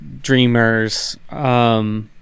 dreamers